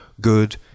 good